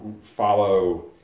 follow